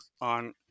on